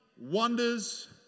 wonders